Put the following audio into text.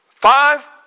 Five